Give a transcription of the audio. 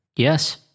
Yes